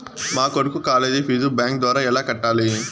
మా కొడుకు college fee bank ద్వారా ఎలా కట్టాలి?